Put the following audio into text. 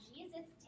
Jesus